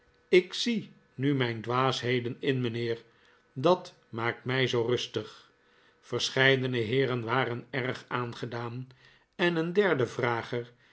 ik zie nu mijn dwaasheden in mijnheer dat maakt mij zoo rustig verscheidene heeren waren erg aangedaan en een derde vrager